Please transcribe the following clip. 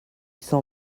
cent